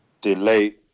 delay